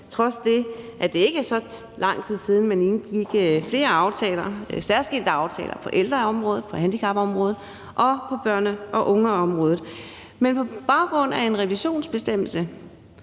trods det, at det ikke er så lang tid siden, man indgik særskilte aftaler på ældreområdet, på handicapområdet og på børne- og ungeområdet. Men på baggrund af en revisionsbestemmelse,